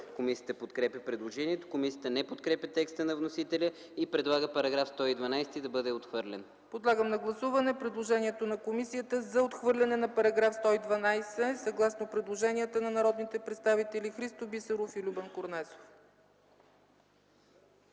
Комисията подкрепя предложението. Комисията не подкрепя текста на вносителя и предлага § 112 да бъде отхвърлен. ПРЕДСЕДАТЕЛ ЦЕЦКА ЦАЧЕВА: Подлагам на гласуване предложението на комисията за отхвърляне на § 112, съгласно предложенията на народните представители Христо Бисеров и Любен Корнезов.